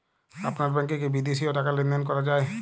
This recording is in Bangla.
আপনার ব্যাংকে কী বিদেশিও টাকা লেনদেন করা যায়?